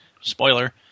spoiler